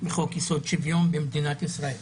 בחוק יסוד שוויון במדינת ישראל,